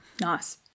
Nice